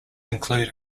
include